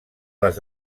les